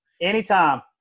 Anytime